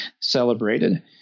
celebrated